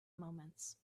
moments